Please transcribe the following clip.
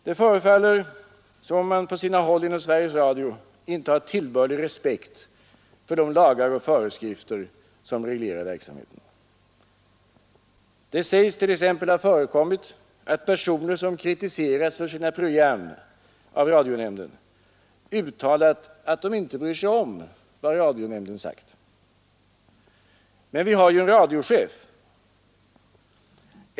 Det förefaller som om man på sina håll inom Sveriges Radio inte har tillbörlig respekt för de lagar och föreskrifter som skall reglera verksam heten. Det sägs t.ex. ha förekommit att personer som kritiserats för sina Nr 130 program av radionämnden uttalat att de inte bryr sig om vad radionämn Måndagen den SARA 4 december 1972 Men vi har ju en radiochef.